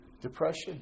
Depression